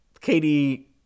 katie